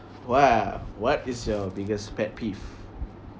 !wow! what is your biggest pet peeve